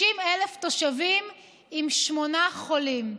60,000 תושבים עם שמונה חולים.